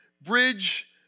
bridge